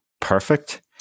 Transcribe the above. perfect